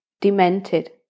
demented